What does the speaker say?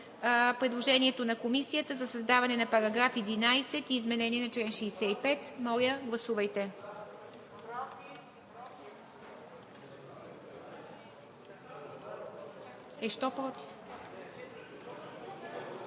предложението на Комисията за създаване на § 11 и изменение на чл. 65. Моля, гласувайте.